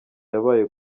yabaye